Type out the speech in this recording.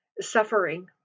Suffering